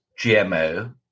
GMO